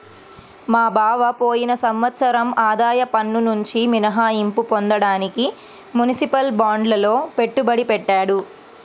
మా బావ పోయిన సంవత్సరం ఆదాయ పన్నునుంచి మినహాయింపు పొందడానికి మునిసిపల్ బాండ్లల్లో పెట్టుబడి పెట్టాడు